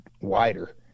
wider